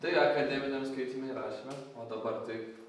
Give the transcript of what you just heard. tai akademiniam skaityme ir rašyme o dabar tai